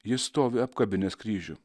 jis stovi apkabinęs kryžių